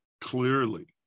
clearly